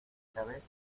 cabeza